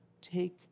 take